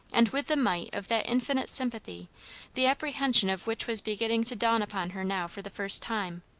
and with the might of that infinite sympathy the apprehension of which was beginning to dawn upon her now for the first time.